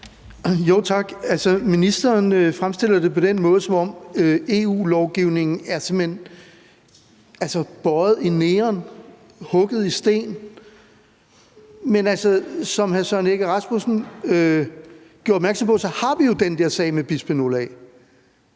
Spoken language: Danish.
Ministeren fremstiller det, som om EU-lovgivningen simpelt hen er bøjet i neon og hugget i sten. Men som hr. Søren Egge Rasmussen gjorde opmærksom på, har vi jo den der sag med bisfenol